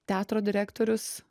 teatro direktorius